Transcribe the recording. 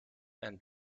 and